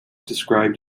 described